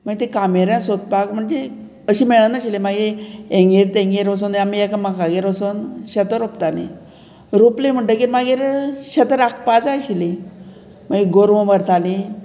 मागीर तें कामेऱ्यांक सोदपाक म्हणजे अशी मेळनाशिल्ली मागीर हेंगेर तेंगेर वोसोन आमी एकामेकागेर वोसोन शेतां रोंपताली रोंपली म्हणटगीर मागीर शेतां राखपा जाय आशिल्लीं मागीर गोरवां भरतालीं